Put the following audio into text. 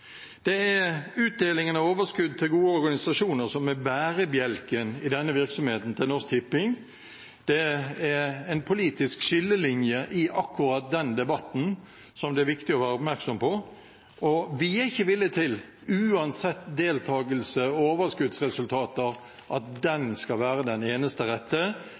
Det er utdelingen av overskudd til gode organisasjoner som er bærebjelken i denne virksomheten til Norsk Tipping. Det er en politisk skillelinje i akkurat den debatten som det er viktig å være oppmerksom på. Vi vil ikke – uansett deltagelse og overskuddsresultater – at den skal være den eneste rette.